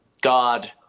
God